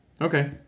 okay